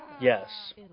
Yes